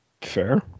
Fair